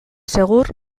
segur